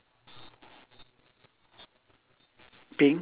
I got I mean when he blow that time got two